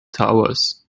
towers